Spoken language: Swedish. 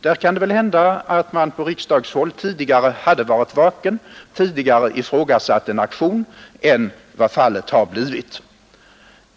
Det kan hända att man på riksdagshåll då hade varit mera vaken och tidigare hade kunnat aktualisera en aktion än vad fallet har blivit.